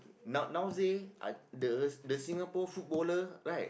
now nowadays uh the the Singapore footballer right